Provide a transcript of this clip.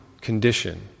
condition